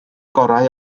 gorau